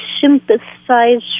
sympathize